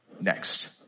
next